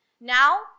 Now